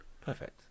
perfect